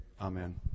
Amen